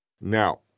now